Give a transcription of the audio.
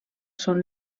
són